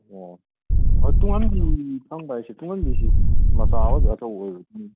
ꯑꯣ ꯇꯨꯡꯍꯟꯕꯤ ꯐꯪꯕ ꯍꯥꯏꯁꯤ ꯇꯨꯡꯍꯟꯕꯤꯁꯤ ꯃꯆꯥ ꯑꯣꯏꯕ꯭ꯔꯥ ꯑꯆꯧꯕ ꯑꯣꯏꯕ꯭ꯔꯥ